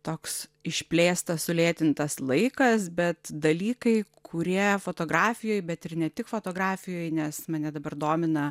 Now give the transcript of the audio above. toks išplėstas sulėtintas laikas bet dalykai kurie fotografijoj bet ir ne tik fotografijoj nes mane dabar domina